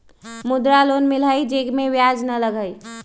मुद्रा लोन मिलहई जे में ब्याज न लगहई?